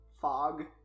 fog